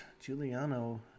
Giuliano